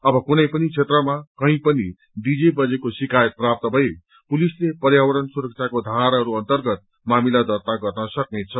अब कुनै पनि क्षेत्रमा कही पनि डीजे बजेको शिकायत प्राप्त भए पुलिसले पर्यावरण सुरक्षाको धाराहरू अर्न्तगत मामिला दर्त्ता गर्न सक्नेछ